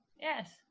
Yes